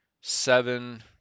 seven